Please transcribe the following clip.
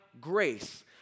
grace